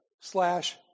slash